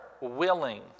willing